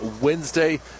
Wednesday